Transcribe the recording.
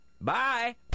Bye